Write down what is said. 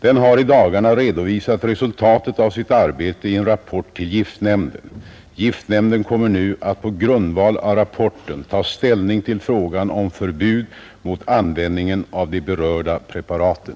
Den har i dagarna redovisat resultatet av sitt arbete i en rapport till giftnämnden. Giftnämnden kommer nu att på grundval av rapporten ta ställning till frågan om förbud mot användningen av de berörda preparaten.